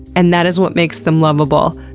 and that is what makes them loveable.